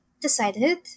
decided